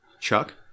Chuck